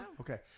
Okay